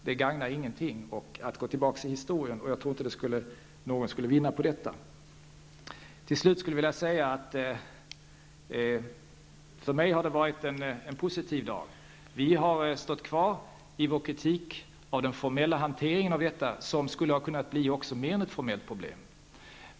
Det gagnar ingenting att gå tillbaka i historien, och jag tror inte att någon skulle vinna på det. För mig har detta varit en positiv dag. Vi står kvar i vår kritik av den formella hanteringen av denna fråga, som skulle ha kunnat bli mer än ett formellt problem.